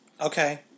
okay